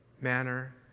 manner